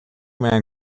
man